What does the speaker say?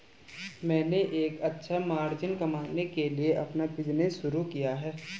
मैंने एक अच्छा मार्जिन कमाने के लिए अपना बिज़नेस शुरू किया है